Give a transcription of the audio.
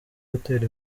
gutera